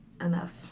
Enough